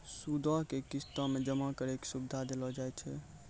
सूदो के किस्तो मे जमा करै के सुविधा देलो जाय छै